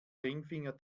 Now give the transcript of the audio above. ringfinger